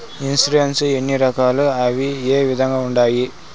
insurance ఎన్ని రకాలు అవి ఏ విధంగా ఉండాయి